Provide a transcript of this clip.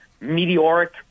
meteoric